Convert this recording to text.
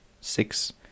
six